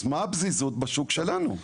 אז מה הפזיזות בשוק שלנו?